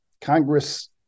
Congress